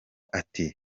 ati